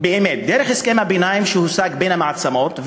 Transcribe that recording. דרך הסכם הביניים שהושג בין המעצמות,